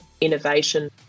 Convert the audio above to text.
innovation